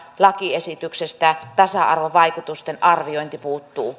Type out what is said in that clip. lakiesityksestä tasa arvovaikutusten arviointi puuttuu